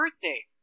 birthday